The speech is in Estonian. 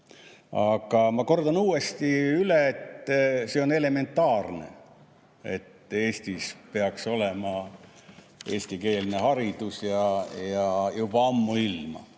Aga ma kordan uuesti üle, et see on elementaarne, et Eestis peaks olema eestikeelne haridus ja juba ammuilma.